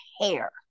hair